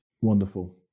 wonderful